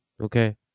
Okay